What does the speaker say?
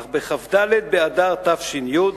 אך בכ"ד באדר תש"י,